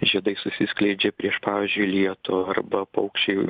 žiedai susiskleidžia prieš pavyzdžiui lietų arba paukščiai